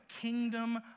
kingdom